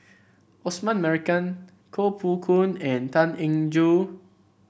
Osman Merican Koh Poh Koon and Tan Eng Joo